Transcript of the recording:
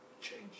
change